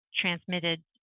transmitted